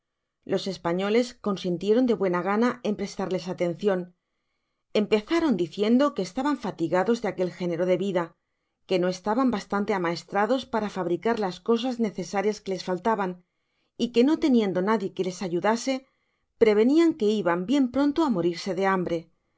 los españoles cosiatieron de buena gana en prestarles atencion empezaron diciendo que estaban fatigados de aquel género de vida que no estaban bastante amaestra dos para fabricar las cosas necesarias que les faltaban y que no teniendo nadie que les ayudase prevenian que iban bien pronto á morir de hambre